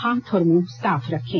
हाथ और मुंह साफ रखें